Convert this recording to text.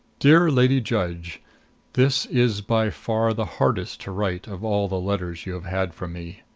dear lady judge this is by far the hardest to write of all the letters you have had from me.